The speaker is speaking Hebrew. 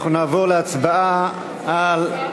אנחנו נעבור להצבעה על,